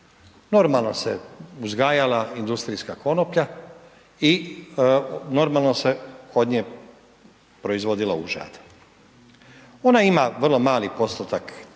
Normalno se uzgajala industrijska konoplja i normalno se od nje proizvodilo užad. Ona ima vrlo mali postotak THC-a